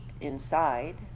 inside